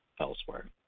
elsewhere